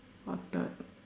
or third